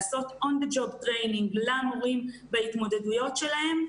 לעשות on the job training למורים בהתמודדויות שלהם,